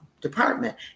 department